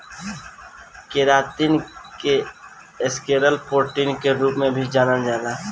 keratin के scleral protein के रूप में भी जानल जाला